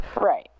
Right